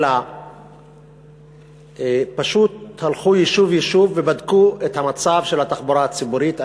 אלא פשוט הלכו יישוב-יישוב ובדקו את מצב התחבורה הציבורית.